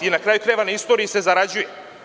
I na kraju krajeva, na istoriji se zarađuje.